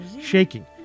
shaking